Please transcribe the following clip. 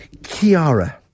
Kiara